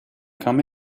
come